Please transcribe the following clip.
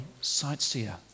sightseer